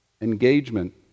Engagement